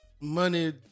Money